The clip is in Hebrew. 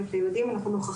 בוקר טוב לכולם, אנחנו מוכנות